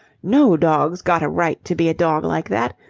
no dog's got a right to be a dog like that.